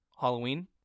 Halloween